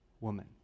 woman